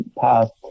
past